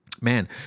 Man